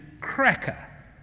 cracker